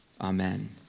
Amen